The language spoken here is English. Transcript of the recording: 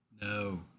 No